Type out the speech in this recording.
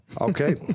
Okay